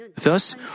Thus